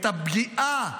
את הפגיעה